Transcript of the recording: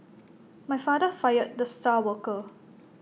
my father fired the star worker